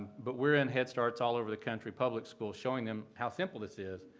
but we're in head starts all over the country, public schools, showing them how simple this is.